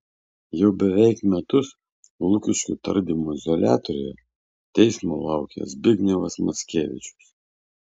jau beveik metus lukiškių tardymo izoliatoriuje teismo laukia zbignevas mackevičius